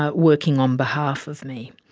ah working on behalf of me.